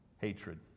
hatred